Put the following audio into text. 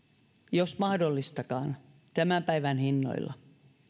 jos mahdollistakaan tämän päivän hinnoilla